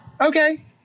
Okay